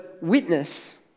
witness